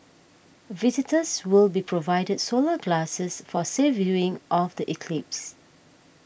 visitors will be provided solar glasses for safe viewing of the eclipse